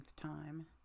time